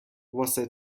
واسه